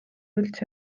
üldse